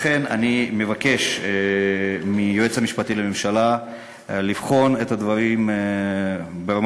לכן אני מבקש מהיועץ המשפטי לממשלה לבחון את הדברים ברמה